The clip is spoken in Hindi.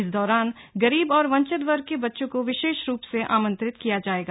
इस दौरान गरीब और वंचित वर्ग के बच्चों को विशेष रूप से आमंत्रित किया जायेगा